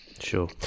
Sure